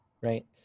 right